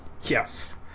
Yes